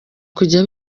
kujya